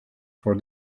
for